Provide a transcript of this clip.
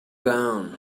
gown